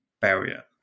barrier